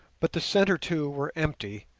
but the centre two were empty,